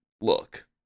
look